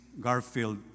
Garfield